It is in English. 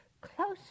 close